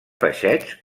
peixets